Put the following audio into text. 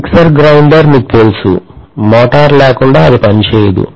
mixer grinder మీకు తెలుసు motor లేకుండా అది పనిచేయదు